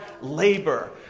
labor